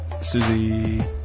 Susie